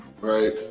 right